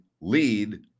lead